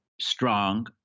strong